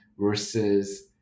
versus